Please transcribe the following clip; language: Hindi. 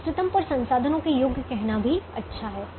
इष्टतम पर संसाधनों के योग्य कहना भी अच्छा है